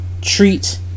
Treat